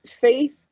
faith